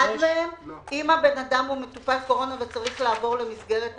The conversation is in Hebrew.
אם בן אדם חלה בקורונה וצריך לעבור למסגרת אחרת,